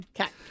Okay